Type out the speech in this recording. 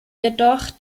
jedoch